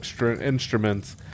instruments